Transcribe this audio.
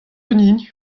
ganin